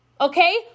okay